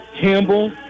Campbell